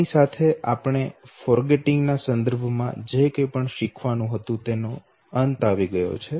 આની સાથે આપણે ભૂલી જવા ના સંદર્ભ માં જે કંઈ પણ શીખવાનું હતું તેનો અંત આવી ગયો છે